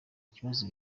kibazo